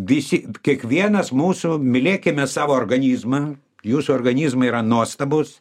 visi kiekvienas mūsų mylėkime savo organizmą jūsų organizmai yra nuostabūs